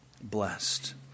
blessed